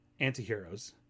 antiheroes